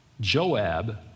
Joab